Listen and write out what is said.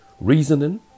reasoning